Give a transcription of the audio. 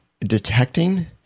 detecting